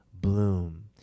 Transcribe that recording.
bloom